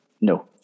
No